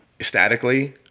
statically